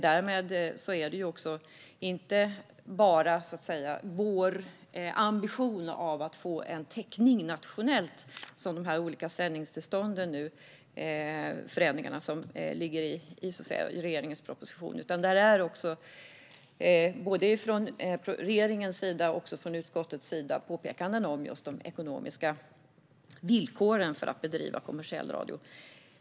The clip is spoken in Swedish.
Därmed är det inte bara vår ambition att få en täckning nationellt som förändringarna av sändningstillstånden syftar till, utan från både regeringens och utskottets sida finns det påpekanden om de ekonomiska villkoren för att bedriva kommersiell radio.